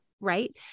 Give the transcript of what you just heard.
Right